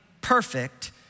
perfect